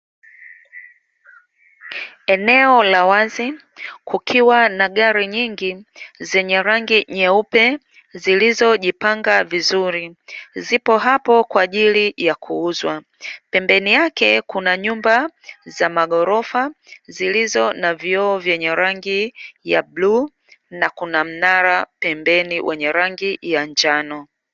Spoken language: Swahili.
Eneo la wazi, kukiwa na gari nyingi zenye rangi nyeupe zilizojipanga vizuri, zipo hapo kwa ajili ya kuuzwa, pembeni yake kuna nyumba za maghorofa zilizo na vioo vyenye rangi ya bluu na kuna mnara pembeni wenye rangi ya njano.